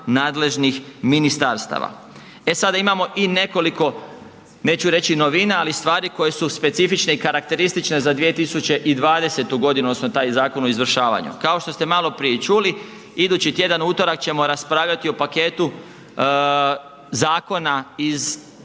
nadležnih ministarstava. E sada imamo i nekoliko, neću reći novina ali stvari koje su specifične i karakteristične za 2020. godinu odnosno taj zakon o izvršavanju. Kako što ste maloprije i čuli idući tjedan u utorak ćemo raspravljati o paketu zakona iz